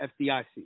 FDIC